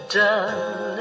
done